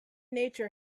nature